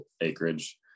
acreage